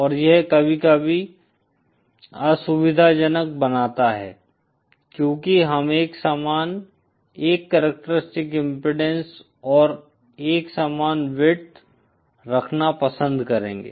और यह कभी कभी असुविधाजनक बनाता है क्योंकि हम एक समान एक कॅरक्टरिस्टीक्स इम्पीडेन्स और एक समान विड्थ रखना पसंद करेंगे